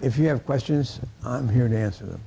if you have questions i'm here to answer